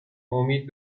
امید